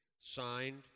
signed